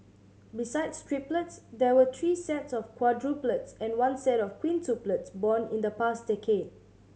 besides triplets there were three sets of quadruplets and one set of quintuplets born in the past decade